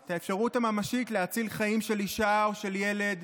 את האפשרות הממשית להציל חיים של אישה או של ילד,